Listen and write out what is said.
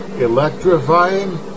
Electrifying